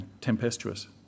tempestuous